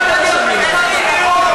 פחדת להיות מגדרי, נכון?